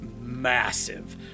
massive